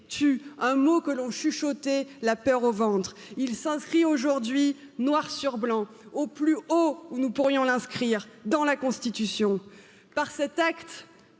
tu un mot que l'on chuchotait la peur au ventre il s'inscrit aujourd'hui noir sur blanc au plus haut où nous pourrions l'inscrire dans la Constitution par cet acte